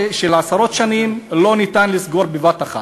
של עשרות שנים אין אפשרות לסגור בבת-אחת.